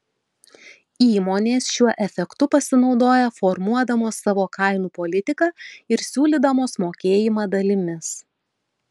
įmonės šiuo efektu pasinaudoja formuodamos savo kainų politiką ir siūlydamos mokėjimą dalimis